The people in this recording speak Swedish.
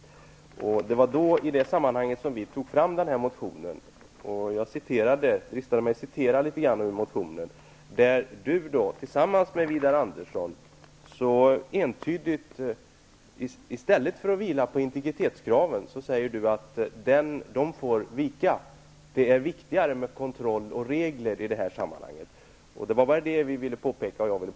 Det var i detta sammanhang som vi tog fram denna motion, och jag dristade mig till att citera litet grand ur den. I stället för att vila på integritetskraven säger Bert Karlsson tillsammans med Widar Andersson entydigt att de får vika. Det är i det här sammanhanget viktigare med kontroll och regler. Det var bara det jag ville påpeka.